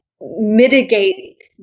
mitigate